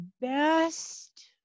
best